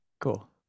cool